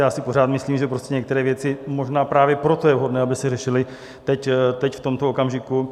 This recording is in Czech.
Já si pořád myslím, že prostě některé věci možná právě proto je vhodné, aby se řešily teď v tomto okamžiku.